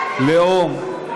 לאום,